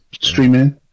Streaming